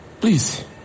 please